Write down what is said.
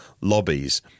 lobbies